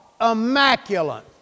Immaculate